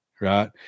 Right